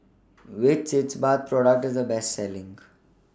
Which Sitz Bath Product IS The Best Selling